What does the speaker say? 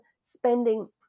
spending